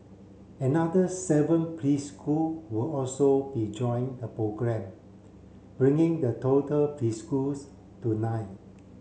another seven preschool will also be join the programme bringing the total preschools to nine